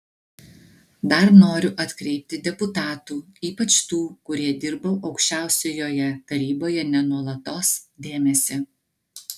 dar noriu atkreipti deputatų ypač tų kurie dirba aukščiausiojoje taryboje ne nuolatos dėmesį